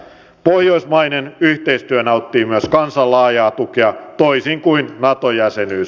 pohjoismainen yhteistyö nauttii myös kansan laajaa tukea toisin kuin nato jäsenyys